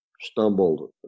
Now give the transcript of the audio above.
stumbled